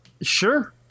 sure